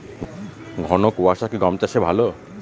ঘন কোয়াশা কি গম চাষে ভালো?